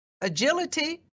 agility